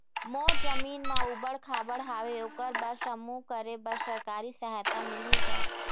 मोर जमीन म ऊबड़ खाबड़ हावे ओकर बर समूह करे बर सरकारी सहायता मिलही का?